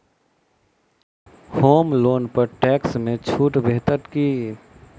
होम loan पर tax मे छुट भेटत की